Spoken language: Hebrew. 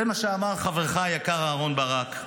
זה מה שאמר חברך היקר אהרן ברק.